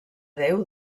déu